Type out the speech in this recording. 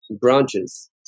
branches